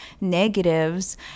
negatives